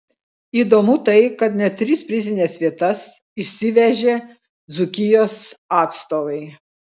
įdomu tai kad net tris prizines vietas išsivežė dzūkijos atstovai